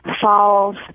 falls